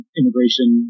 immigration